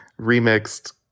remixed